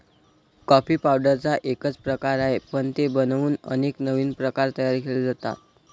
coffee पावडरचा एकच प्रकार आहे, पण ते बनवून अनेक नवीन प्रकार तयार केले जातात